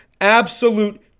Absolute